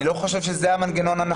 אני לא חושב שזה המנגנון הנכון.